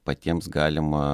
patiems galima